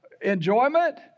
enjoyment